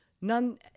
none